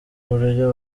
buryo